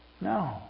No